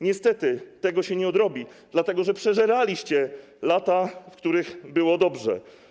Niestety tego się nie odrobi, dlatego że przeżeraliście lata, w których było dobrze.